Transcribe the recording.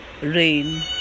rain